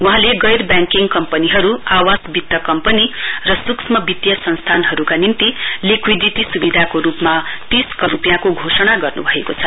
वहाँले गैरव्याङ्किङ कम्पनीहरु आवास वित्त कम्पनी र सुक्ष्म वित्ती संस्थानहरुका निम्ति लिक्विडिटी सुविधाको रुपमा तीस करोड़ रुपियाँको घोषणा गर्नुभएको छ